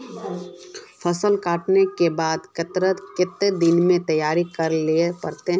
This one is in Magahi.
फसल कांटे के बाद कते दिन में तैयारी कर लेले पड़ते?